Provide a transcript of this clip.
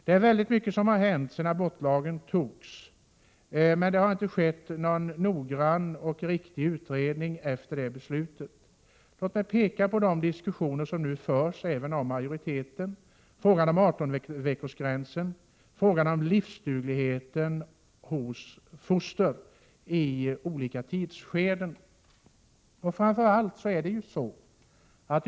Det har hänt mycket sedan abortlagstiftningen infördes, men det har inte skett någon noggrann utredning efter beslutet. Låt mig framhålla de diskussioner som nu förs även av majoriteten. Det gäller frågan om 18-veckorsgränsen och frågan om livsdugligheten hos foster under olika I tidsskeden.